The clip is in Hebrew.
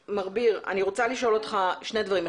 אני רוצה לשאול אותך שני דברים.